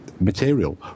Material